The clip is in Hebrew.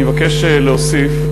אני מבקש להוסיף.